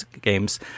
games